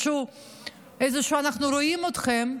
איזשהו "אנחנו רואים אתכם",